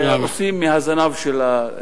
שעושים מהזנב של הסוס.